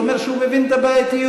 זה אומר שהוא מבין את הבעייתיות,